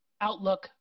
outlook